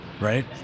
right